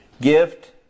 Gift